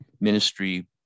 ministry